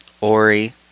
Ori